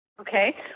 Okay